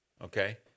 okay